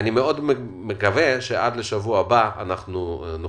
אני מאוד מקווה שעד שבוע הבא נוכל